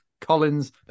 Collins